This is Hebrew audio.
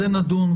זה נדון,